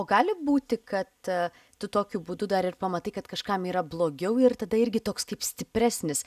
o gali būti kad tu tokiu būdu dar ir pamatai kad kažkam yra blogiau ir tada irgi toks kaip stipresnis